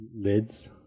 lids